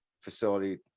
facility